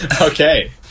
Okay